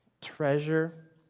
treasure